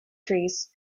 trees